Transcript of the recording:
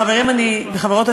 חברים וחברות,